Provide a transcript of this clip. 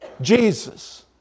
Jesus